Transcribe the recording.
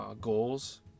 goals